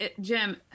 Jim